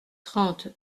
trente